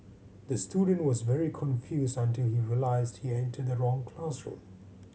the student was very confused until he realised he entered the wrong classroom